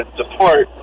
support